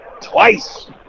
Twice